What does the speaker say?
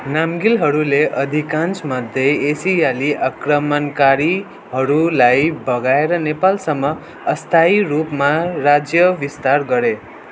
नामग्यालहरूले अधिकांशमध्ये एसियाली आक्रमणकारीहरूलाई भगाएर नेपालसम्म अस्थायी रूपमा राज्य विस्तार गरे